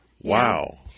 Wow